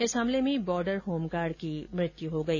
इस हमले में बॉर्डर होमगार्ड की मृत्यु हो गई